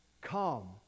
come